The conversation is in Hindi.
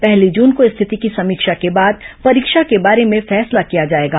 पहली जून को स्थिति की समीक्षा के बाद परीक्षा के बारे में फैसला किया जायेगा